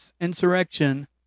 insurrection